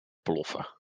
ploffen